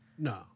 No